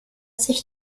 sich